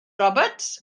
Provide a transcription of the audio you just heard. roberts